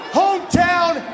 hometown